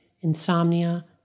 insomnia